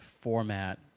format